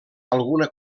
alguna